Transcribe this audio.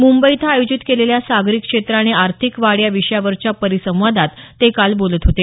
मुंबई इथं आयोजित केलेल्या सागरी क्षेत्र आणि आर्थिक वाढ या विषयावरच्या परिसंवादात ते काल बोलत होते